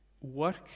work